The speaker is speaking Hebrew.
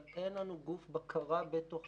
אבל אין לנו גוף בקרה בתוך בתוכנו.